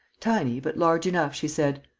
tiny, but large enough, she said.